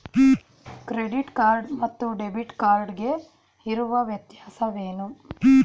Credit card ಮತ್ತು debit card ಗೆ ಇರುವ ವ್ಯತ್ಯಾಸವೇನು?